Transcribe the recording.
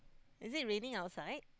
is it raining outside